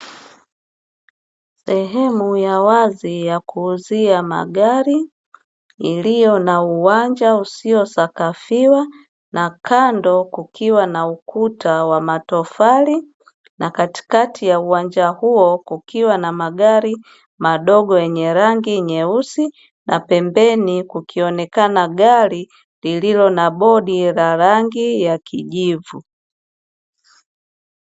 Sehemu ya wazi ya kuuzia magari iliyo na uwanja usio sakafiwa, na kando kukiwa na ukuta wa matofali, na katikati ya uwanja huo kukiwa na magari madogo yenye rangi nyeusi. Na pembeni kukionekana gari lililo na bodi la rangi ya kijivu.